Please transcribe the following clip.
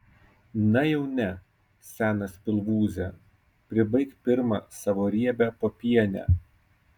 na jau ne senas pilvūze pribaik pirma savo riebią popienę